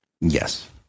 Yes